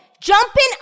jumping